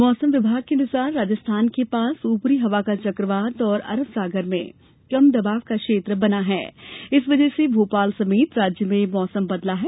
मौसम विभाग के अनुसार राजस्थान के पास ऊपरी हवा का चक्रवात और अरब सागर में कम दबाव का क्षेत्र बना है इस वजह से भोपाल समेत राज्य में मौसम बदला है